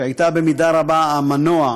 שהייתה במידה רבה המנוע,